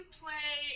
play